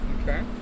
Okay